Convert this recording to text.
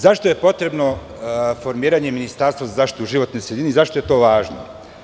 Zašto je potrebno formiranje ministarstva za zaštitu životne sredine i zašto je to važno?